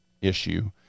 issue